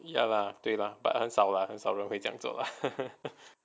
ya lah 对 lah but 很少啦很少人会这样做